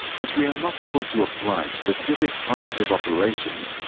as we are not able to apply specific cognitive operations,